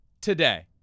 today